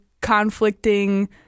conflicting